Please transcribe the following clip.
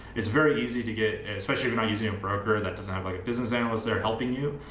it's very easy to get, especially when i'm using a broker that doesn't have like business analysts, they're helping you.